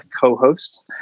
co-hosts